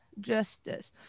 Justice